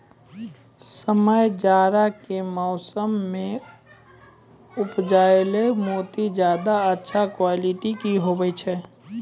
समय जाड़ा के मौसम मॅ उपजैलो मोती ज्यादा अच्छा क्वालिटी के होय छै